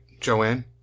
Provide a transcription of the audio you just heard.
Joanne